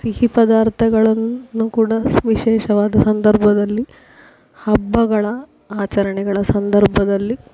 ಸಿಹಿ ಪದಾರ್ಥಗಳನ್ನು ಕೂಡ ವಿಶೇಷವಾದ ಸಂದರ್ಭದಲ್ಲಿ ಹಬ್ಬಗಳ ಆಚರಣೆಗಳ ಸಂದರ್ಭದಲ್ಲಿ